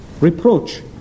reproach